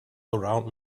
around